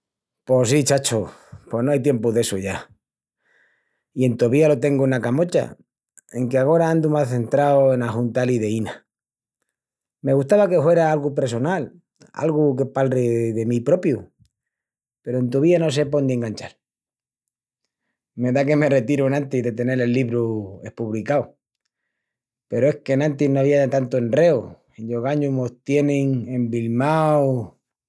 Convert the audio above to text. "Pos sí, chacho, pos no ai tiempu d'essu ya! I entovía lo tengu ena camocha, enque agora andu más centrau en ajuntal ideínas. Me gustava que huera algu pressonal, algu que palri de mi propiu, peru entovía no sé póndi enganchal. Me da que me retiru enantis de tenel el libru espubricau! Peru es qu'enantis no avía tantu enreu i ogañu mos tienin embilmaus!